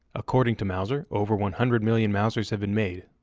according to mauser, over one hundred million mausers have been made,